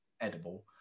edible